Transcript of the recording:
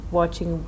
watching